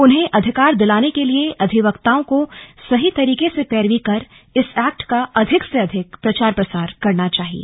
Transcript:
उन्हें अधिकार दिलाने के लिए अधिवक्ताओं को सही तरीके से पैरवी कर इस एक्ट का अधिक से अधिक प्रचार प्रसार करना चाहिए